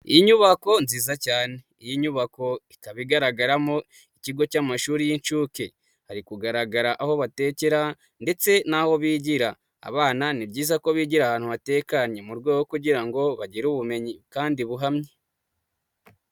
Inyubako nziza cyane, iyi nyubako ikaba igaragaramo ikigo cy'amashuri y'inshuke, hari kugaragara aho batekera ndetse n'aho bigira. Abana ni byiza ko bigira ahantu hatekanye, mu rwego kugira ngo bagire ubumenyi kandi buhamye.